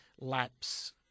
lapse